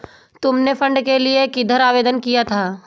तुमने फंड के लिए किधर आवेदन किया था?